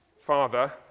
father